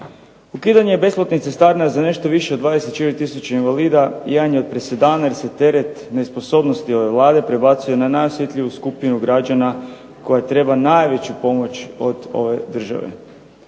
Ukidanje besplatnih cestarina za nešto više od 24 tisuće invalida jedan je od presedana jer se teret nesposobnosti ove Vlade prebacuje na najosjetljiviju skupinu građana koja treba najveću pomoć od ove države.